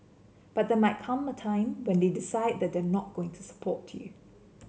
but there might come a time when they decide that they're not going to support you